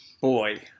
Boy